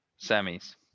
semis